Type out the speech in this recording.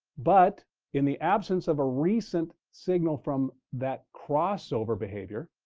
but in the absence of a recent signal from that crossover behavior,